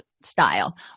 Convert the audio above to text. style